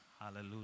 Hallelujah